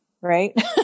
right